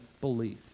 belief